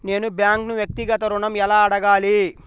నేను బ్యాంక్ను వ్యక్తిగత ఋణం ఎలా అడగాలి?